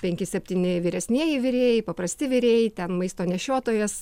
penki septyni vyresnieji virėjai paprasti virėjai ten maisto nešiotojas